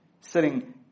Sitting